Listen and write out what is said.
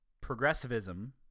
progressivism